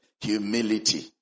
Humility